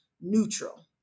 neutral